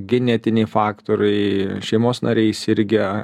genetiniai faktoriai šeimos nariai sirgę